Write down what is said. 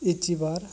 achiever